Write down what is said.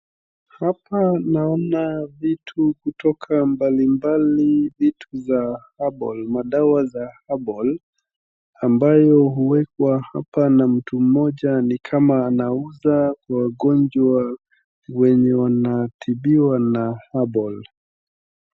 Hapa naona vitu kutoka mbalimbali. Vitu za herbal, madawa za herbal ambayo huwekwa hapa na mti mtu mmoja ni kama anauza kwa magonwa wanaotibiwa na herbal .